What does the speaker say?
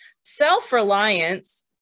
self-reliance